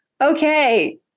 okay